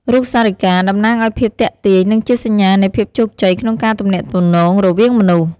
រូបសារីកា តំណាងឲ្យភាពទាក់ទាញ និងជាសញ្ញានៃភាពជោគជ័យក្នុងការទំនាក់ទំនងរវាងមនុស្ស។